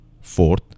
Fourth